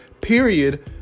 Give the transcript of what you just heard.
period